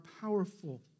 powerful